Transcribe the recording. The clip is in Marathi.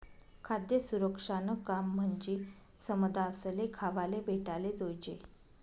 खाद्य सुरक्षानं काम म्हंजी समदासले खावाले भेटाले जोयजे